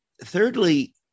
thirdly